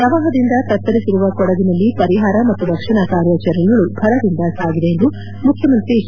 ಪ್ರವಾಹದಿಂದ ತತ್ತರಿಸಿರುವ ಕೊಡಗಿನಲ್ಲಿ ಪರಿಹಾರ ಮತ್ತು ರಕ್ಷಣಾ ಕಾರ್ಯಾಚರಣೆಗಳು ಭರದಿಂದ ಸಾಗಿದೆ ಎಂದು ಮುಖ್ಯಮಂತ್ರಿ ಎಚ್